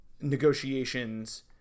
negotiations